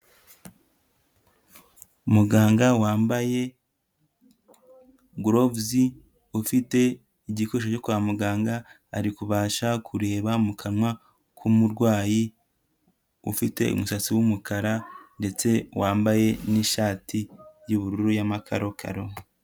Umuganga wambaye gorovuzi, ufite igikoresho cyo kwa muganga ari kubasha kureba mu kanwa k'umurwayi ufite umusatsi w'umukara ndetse wambaye n'ishati y'ubururu y'amakarokaro.